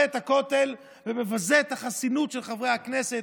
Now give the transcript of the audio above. את הכותל ומבזה את החסינות של חברי הכנסת,